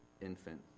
infant